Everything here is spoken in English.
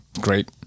great